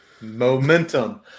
Momentum